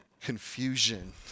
confusion